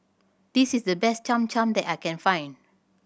this is the best Cham Cham that I can find